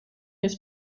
his